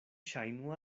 ŝajnu